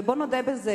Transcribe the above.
ובואו נודה בזה,